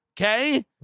okay